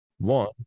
one